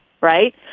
Right